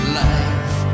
life